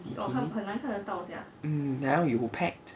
C D mm 然后有 packed